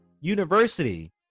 University